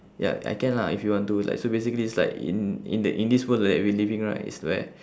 ya I I can lah if you want to like so basically it's like in in the in this world that we living right it's where